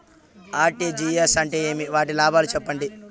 RTGS అంటే ఏమి? వాటి లాభాలు సెప్పండి?